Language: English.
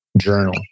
journal